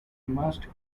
must